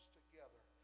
together